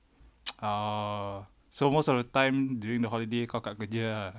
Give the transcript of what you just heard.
oh so most of the time during the holiday kau kat kerja ah